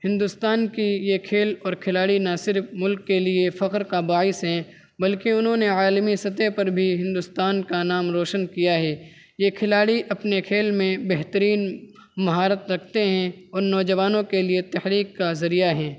ہندوستان کی یہ کھیل اور کھلاڑی نہ صرف ملک کے لیے فخر کا باعث ہیں بلکہ انہوں نے عالمی سطح پر بھی ہندوستان کا نام روشن کیا ہے یہ کھلاڑی اپنے کھیل میں بہترین مہارت رکھتے ہیں اور نوجوانوں کے لیے تحریک کا ذریعہ ہیں